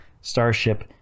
starship